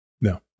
No